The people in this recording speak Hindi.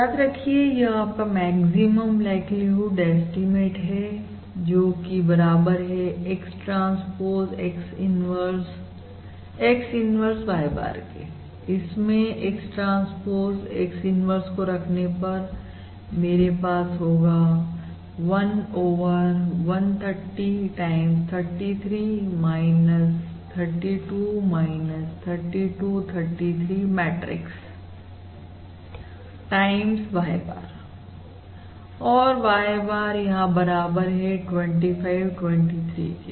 याद रखिए यह आपका मैक्सिमम लाइक्लीहुड ऐस्टीमेशन है जोकि बराबर है x transpose x inverse x inverse y barके इसमें x ट्रांसपोज x इन्वर्स को रखने पर मेरे पास होगा 1 over 130 times 33 32 32 33 matrix time y bar यहां y bar बराबर है25 23 के